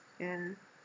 yeah